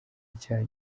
icyaha